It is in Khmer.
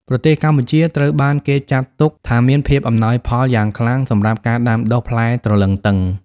ប្រទេសកម្ពុជាត្រូវបានគេចាត់ទុកថាមានភាពអំណោយផលយ៉ាងខ្លាំងសម្រាប់ការដាំដុះផ្លែទ្រលឹងទឹង។